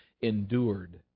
endured